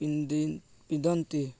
ପିନ୍ଦିନ୍ ପିନ୍ଧନ୍ତି